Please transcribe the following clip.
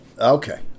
Okay